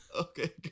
okay